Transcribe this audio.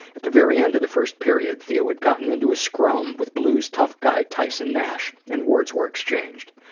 at the very end of the first period, theo had gotten into a scrum with blues tough guy tyson nash, and words were exchanged.